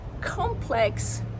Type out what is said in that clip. complex